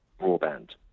broadband